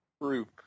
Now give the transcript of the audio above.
group